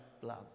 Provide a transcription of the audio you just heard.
blood